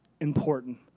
important